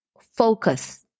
focus